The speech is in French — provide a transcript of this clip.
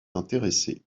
intéressé